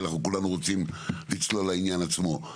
כי כולנו רוצים לצלול לעניין עצמו.